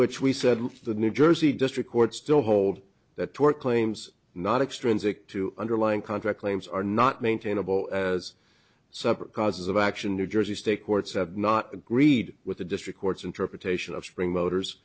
which we said the new jersey district court still hold that tort claims not extend sick to underlying contract claims are not maintainable as separate causes of action new jersey state courts have not agreed with the district court's interpretation of spring motors